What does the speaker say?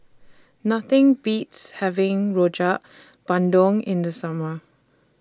Nothing Beats having Rojak Bandung in The Summer